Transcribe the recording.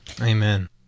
Amen